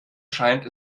scheint